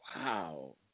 Wow